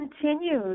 continues